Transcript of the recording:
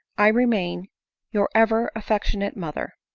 i remain your ever affectionate mother.